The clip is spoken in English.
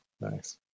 Nice